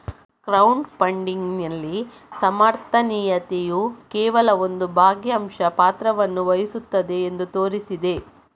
crowd ಫಂಡಿಗಿನಲ್ಲಿ ಸಮರ್ಥನೀಯತೆಯು ಕೇವಲ ಒಂದು ಭಾಗಶಃ ಪಾತ್ರವನ್ನು ವಹಿಸುತ್ತದೆ ಎಂದು ತೋರಿಸಿದೆ